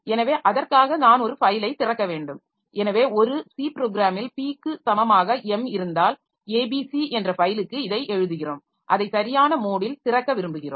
எனவே அதற்காக நான் ஒரு ஃபைலைத் திறக்க வேண்டும் எனவே ஒரு C ப்ரோக்ராமில் p க்கு சமமாக m இருந்தால் abc என்ற ஃபைலுக்கு இதை எழுதுகிறோம் அதை சரியான மோடில் திறக்க விரும்புகிறோம்